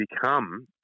become